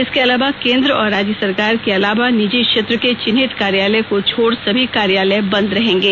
इसके अलावा केंद्र और राज्य सरकार के अलावा निजी क्षेत्र के चिन्हित कार्यालय को छोड़ सभी कार्यालय बंद रहेंगे